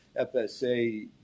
FSA